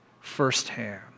firsthand